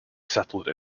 settled